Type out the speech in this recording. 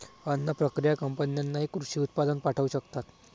अन्न प्रक्रिया कंपन्यांनाही कृषी उत्पादन पाठवू शकतात